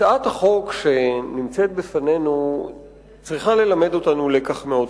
הצעת החוק שנמצאת בפנינו צריכה ללמד אותנו לקח חשוב.